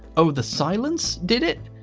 oh, the silence. did it?